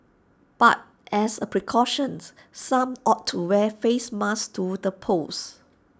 but as A precautions some opted to wear face masks to the polls